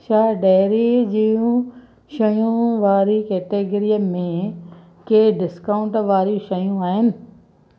छा डेयरी जूं शयूं वारी कैटेगिरीअ में के डिस्काऊंट वारियूं शयूं आहिनि